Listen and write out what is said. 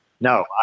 No